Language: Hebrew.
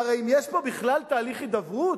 והאם יש פה בכלל תהליך הידברות?